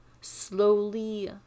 slowly